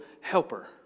helper